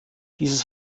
dieses